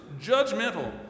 judgmental